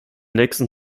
nächsten